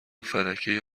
فلکه